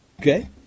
Okay